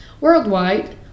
Worldwide